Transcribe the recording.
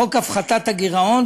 חוק הפחתת הגירעון,